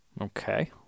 Okay